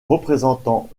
représentant